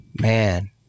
man